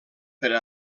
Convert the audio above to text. per